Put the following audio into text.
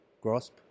Grasp